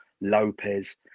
Lopez